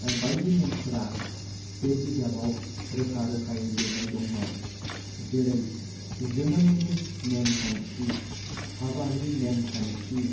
बायदि नेमफोरा बे बिजाबाव रोखा रोखायै लिरनाय दंमोन जेरै जोनोमनि नेमखान्थि हाबानि नेमखान्थि